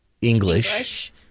English